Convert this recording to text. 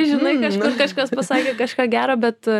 žinai kad kažkas pasakė kažką gero bet